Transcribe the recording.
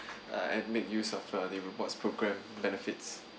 uh and make use of uh the rewards program benefits